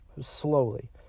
Slowly